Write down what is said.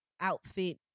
outfit